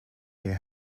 hear